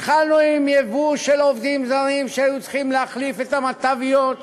התחלנו עם ייבוא של עובדים זרים שהיו צריכים להחליף את המט"ביות,